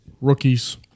rookies